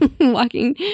walking